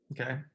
Okay